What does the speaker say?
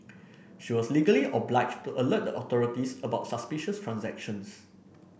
she was legally obliged to alert the authorities about suspicious transactions